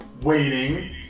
waiting